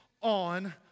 on